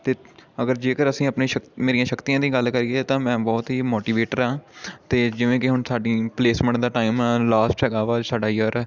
ਅਤੇ ਅਗਰ ਜੇਕਰ ਅਸੀਂ ਆਪਣੀ ਸ਼ਕ ਮੇਰੀਆਂ ਸ਼ਕਤੀਆਂ ਦੀ ਗੱਲ ਕਰੀਏ ਤਾਂ ਮੈਂ ਬਹੁਤ ਹੀ ਮੋਟੀਵੇਟਰ ਹਾਂ ਅਤੇ ਜਿਵੇਂ ਕਿ ਹੁਣ ਸਾਡੀ ਪਲੇਸਮੈਂਟ ਦਾ ਟਾਈਮ ਆ ਲਾਸਟ ਹੈਗਾ ਵਾ ਸਾਡਾ ਯੀਅਰ